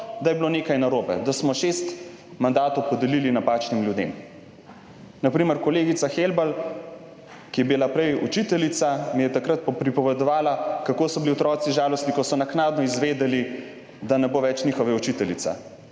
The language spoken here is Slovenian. da je bilo nekaj narobe, da smo šest mandatov podelili napačnim ljudem. Na primer, kolegica Helbl, ki je bila prej učiteljica, mi je takrat pripovedovala, kako so bili otroci žalostni, ko so naknadno izvedeli, da ne bo več njihova učiteljica.